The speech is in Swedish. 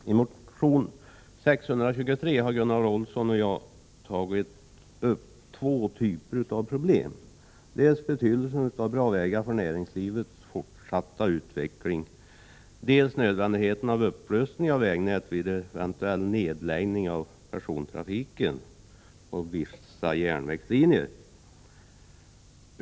Herr talman! I motion 623 har Gunnar Olsson och jag tagit upp två typer av problem: dels betydelsen av bra vägar för näringslivets fortsatta utveckling, dels nödvändigheten av upprustning av vägnätet vid eventuell nedläggning av persontrafiken på vissa järnvägslinjer.